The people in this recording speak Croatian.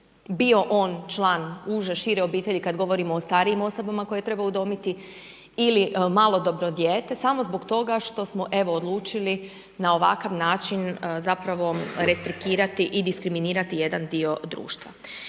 bio on član uže, šire obitelji kad govorimo o starijim osobama koje treba udomiti ili malodobno dijete, samo zbog toga što smo evo odlučili na ovakav način zapravo restrikirati i diskriminirati jedan dio društva.